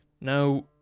Now